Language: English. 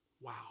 Wow